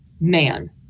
man